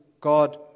God